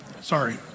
Sorry